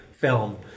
film